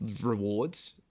rewards